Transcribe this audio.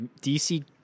DC